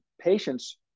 patients